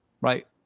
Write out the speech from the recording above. right